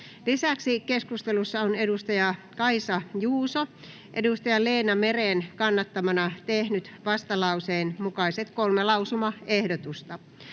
Lisäksi keskustelussa on Kaisa Juuso Leena Meren kannattamana tehnyt vastalauseen mukaiset kolme lausumaehdotusta.